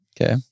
Okay